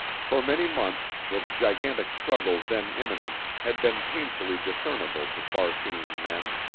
for many months, the gigantic struggle then imminent, had been painfully discernible to far-seeing men.